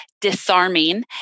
disarming